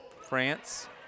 France